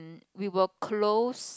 we were close